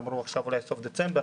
אמרו עכשיו שאולי בסוף דצמבר.